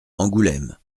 angoulême